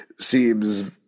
Seems